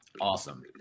awesome